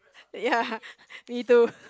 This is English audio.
ya me too